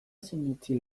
sinetsi